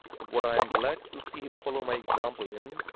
and what i am glad to see him follow my example in,